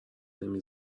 نمی